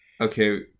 Okay